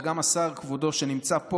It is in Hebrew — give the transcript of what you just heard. וגם כבוד השר שנמצא פה,